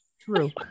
True